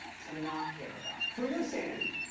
to not care about, for your sanity.